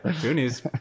Goonies